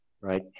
right